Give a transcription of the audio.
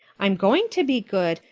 i'm going to be good,